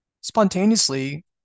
spontaneously